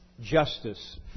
justice